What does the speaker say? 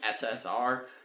ssr